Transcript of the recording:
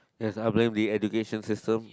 yes I'll blame the education system